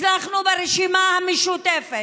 הצלחנו, הרשימה המשותפת,